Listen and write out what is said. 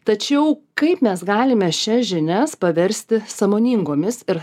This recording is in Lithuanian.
tačiau kaip mes galime šias žinias paversti sąmoningomis ir